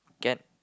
get